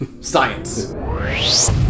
science